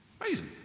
Amazing